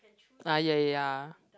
ah ya ya ya